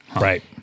Right